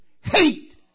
hate